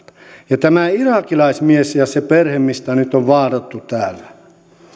ja tämä irakilaismies ja se perhe mistä nyt on vaahdottu täällä